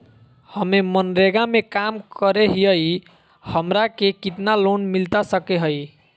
हमे मनरेगा में काम करे हियई, हमरा के कितना लोन मिलता सके हई?